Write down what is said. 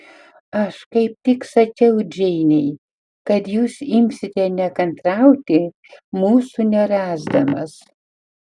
aš kaip tik sakiau džeinei kad jūs imsite nekantrauti mūsų nerasdamas